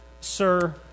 Sir